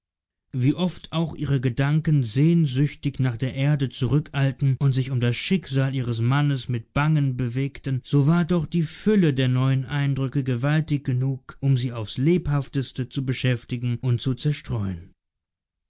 wie oft auch ihre gedanken sehnsüchtig nach der erde zurückeilten und sich um das schicksal ihres mannes mit bangen bewegten so war doch die fülle der neuen eindrücke gewaltig genug um sie aufs lebhafteste zu beschäftigen und zu zerstreuen